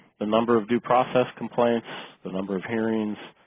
the number of due process complaints the number of hearings